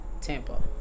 tampa